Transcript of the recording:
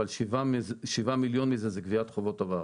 אבל 7,000,000 מזה זה גביית חוות עבר.